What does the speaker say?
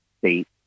state